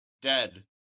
Dead